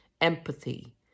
empathy